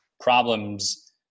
problems